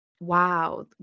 wow